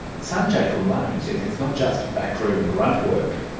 sanjay kamlani says it's not just backroom grunt work.